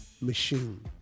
machine